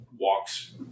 Walks